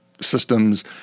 systems